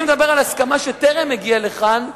אני מדבר על הסכמה שטרם הגיעה לכאן,